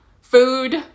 food